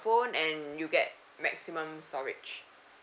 phone and you get maximum storage